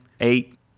eight